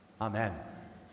Amen